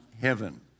heaven